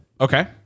Okay